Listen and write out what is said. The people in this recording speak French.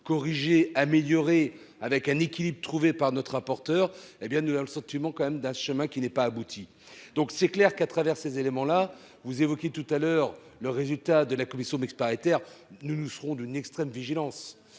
corriger améliorer avec un équilibre trouvé par notre rapporteur, hé bien nous on a le sentiment quand même d'un chemin qui n'est pas aboutie. Donc c'est clair qu'à travers ces éléments-là. Vous évoquiez tout à l'heure le résultat de la commission mixte paritaire. Nous, nous serons d'une extrême vigilance